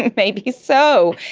maybe so.